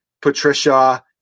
Patricia